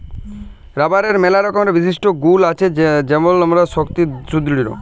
রাবারের ম্যালা রকমের বিশিষ্ট গুল আছে যেমল তার শক্তি দৃঢ়তা